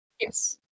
Yes